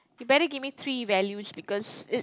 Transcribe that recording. you better give me three values because it